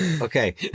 Okay